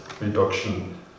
Reduction